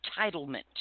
entitlement